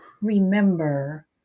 remember